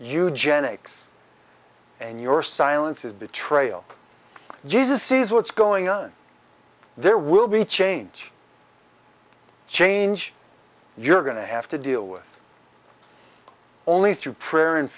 eugenics and your silence is betrayal jesus sees what's going on there will be change change you're going to have to deal with only through prayer and